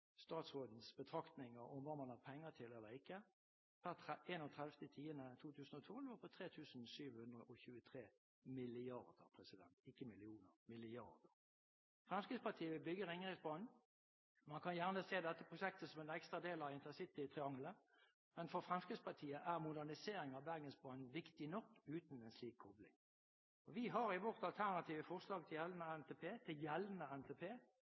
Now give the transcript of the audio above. statsrådens betraktninger om hva man har penger til eller ikke – per 31. oktober 2012 var på 3 723 mrd. kr – ikke millioner, men milliarder. Fremskrittspartiet vil bygge Ringeriksbanen. Man kan gjerne se dette prosjektet som en ekstra del av intercitytriangelet, men for Fremskrittspartiet er modernisering av Bergensbanen viktig nok uten en slik kobling. Vi har i vårt alternative forslag til gjeldende NTP